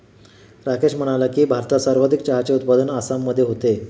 राकेश म्हणाला की, भारतात सर्वाधिक चहाचे उत्पादन आसाममध्ये होते